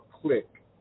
click